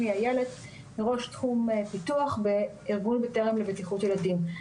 אני ראש תחום פיתוח בארגון בטרם לבטיחות ילדים.